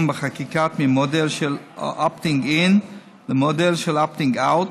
בחקיקה ממודל של opting in למודל של opting out,